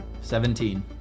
Seventeen